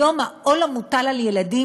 היום העול המוטל על הילדים,